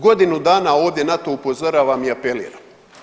Godinu dana ovdje NATO upozorava i apelira.